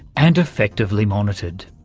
and effectively monitored.